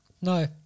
No